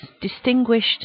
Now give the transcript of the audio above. distinguished